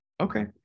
Okay